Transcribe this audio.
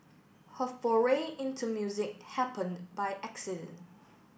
her foray into music happened by accident